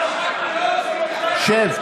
שב.